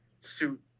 suit